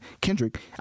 Kendrick